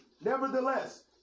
nevertheless